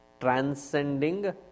transcending